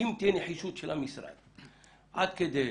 אם תהיה נחישות של המשרד עד כדי